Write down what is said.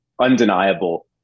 undeniable